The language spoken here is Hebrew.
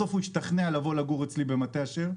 בסוף הוא ישתכנע לבוא לגור אצלי במטה אשר,